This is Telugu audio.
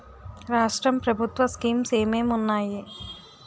రాష్ట్రం ప్రభుత్వ స్కీమ్స్ ఎం ఎం ఉన్నాయి?